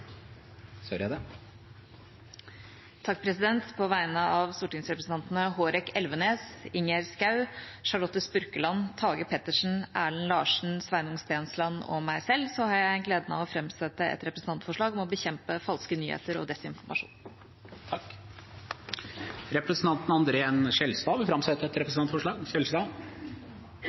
På vegne av stortingsrepresentantene Hårek Elvenes, Ingjerd Schou, Charlotte Spurkeland, Tage Pettersen, Erlend Larsen, Sveinung Stensland og meg selv har jeg gleden av å fremsette et representantforslag om å bekjempe falske nyheter og desinformasjon. Representanten André N. Skjelstad vil framsette et representantforslag.